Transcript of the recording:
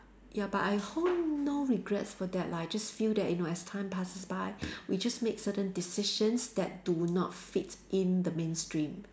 ya but I hold no regrets for that lah I just feel that you know as time passes by we just make certain decisions that do not fit in the mainstream